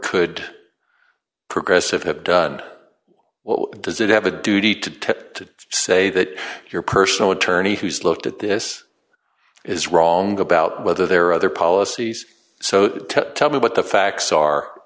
could progressive have done what does it have a duty to tip to say that your personal attorney who's looked at this is wrong about whether there are other policies so to tell me what the facts are